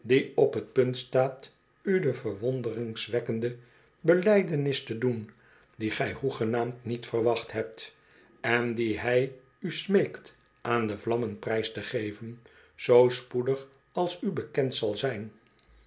op t punt staat u de verwonderingwekkende belijdenis te doen die gij hoegenaamd niet verwacht hebt en die hij u smeekt aan de vlammen prijs te geven zoo spoedig als u bekend zal zijn